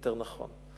יותר נכון.